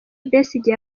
besigye